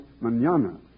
manana